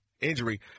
injury